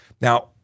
Now